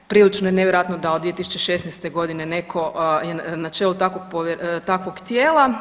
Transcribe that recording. Prilično je nevjerojatno da od 2016. godine netko je na čelu takvog tijela.